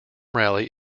rally